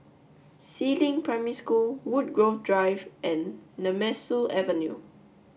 Si Ling Primary School Woodgrove Drive and Nemesu Avenue